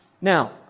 Now